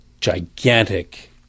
gigantic